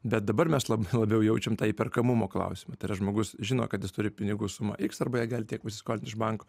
bet dabar mes labai labiau jaučiam tą įperkamumo klausimą tai yra žmogus žino kad jis turi pinigų sumą iks arba ją gali tiek pasiskolint iš banko